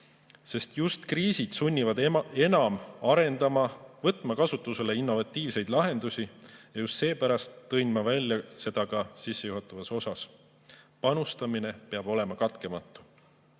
sest just kriisid sunnivad enam arendama, võtma kasutusele innovatiivseid lahendusi. Just seepärast tõin ma selle välja ka sissejuhatavas osas. Panustamine peab olema katkematu. Veel